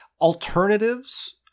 alternatives